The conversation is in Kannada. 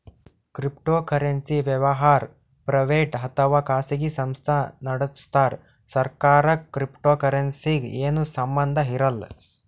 ಕ್ರಿಪ್ಟೋಕರೆನ್ಸಿ ವ್ಯವಹಾರ್ ಪ್ರೈವೇಟ್ ಅಥವಾ ಖಾಸಗಿ ಸಂಸ್ಥಾ ನಡಸ್ತಾರ್ ಸರ್ಕಾರಕ್ಕ್ ಕ್ರಿಪ್ಟೋಕರೆನ್ಸಿಗ್ ಏನು ಸಂಬಂಧ್ ಇರಲ್ಲ್